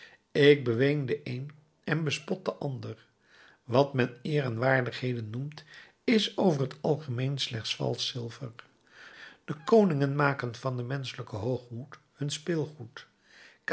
ik beween den een en bespot den ander wat men eer en waardigheden noemt is over t algemeen slechts valsch zilver de koningen maken van den menschelijken hoogmoed hun speelgoed